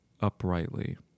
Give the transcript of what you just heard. Uprightly